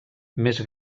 més